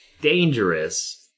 dangerous